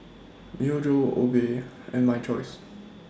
Myojo Obey and My Choice